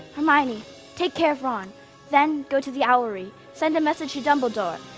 um i mean take care of ron then go to the owlery. send a message to dumbledore.